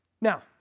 Now